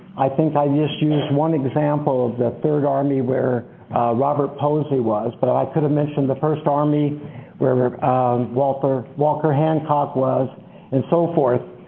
i think i just used one example of the third army where robert posey was, but i could have mentioned the first army where walker walker hancock was and so forth.